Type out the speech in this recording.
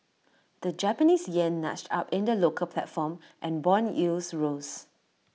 the Japanese Yen nudged up in the local platform and Bond yields rose